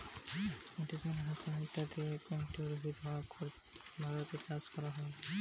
lettuce, hyacinth ইত্যদি aquatic উদ্ভিদ ভারতে চাষ করা হতিছে